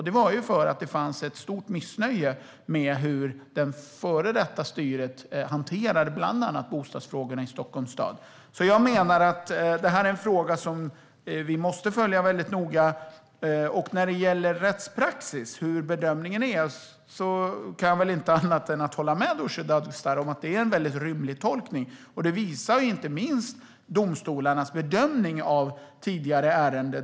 Det var för att det fanns ett stort missnöje med hur det före detta styret hanterade bland annat bostadsfrågorna i Stockholms stad. Vi måste följa denna fråga noga. När det gäller rättspraxis och hur bedömningen är kan jag inte annat än att hålla med Nooshi Dadgostar om att det medger en rymlig tolkning. Det visar inte minst domstolarnas bedömning av tidigare ärenden.